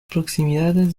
proximidades